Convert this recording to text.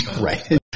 Right